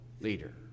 leader